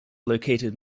located